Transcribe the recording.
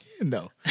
No